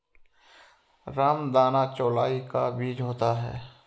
रामदाना चौलाई का बीज होता है